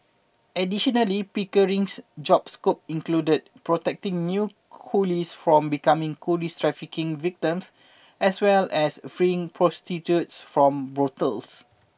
additionally Pickering's job scope included protecting new coolies from becoming coolie trafficking victims as well as freeing prostitutes from brothels